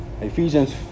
Ephesians